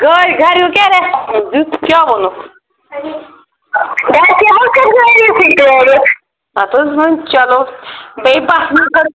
گرِکیٚو کیاہ ریٚسپانٕس دیُت کیٛاہ ووٚنُکھ گَرِ کیٚو حظ کٔر تعٲریٖفٕے تعٲریٖف اَتھ حظ وۅنۍ چلو بیٚیہِ